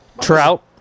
Trout